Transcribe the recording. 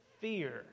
fear